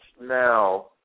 now